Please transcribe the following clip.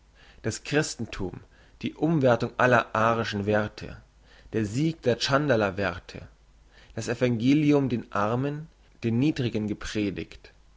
das christenthum die umwerthung aller arischen werthe der sieg der tschandala werthe das evangelium den armen den niedrigen gepredigt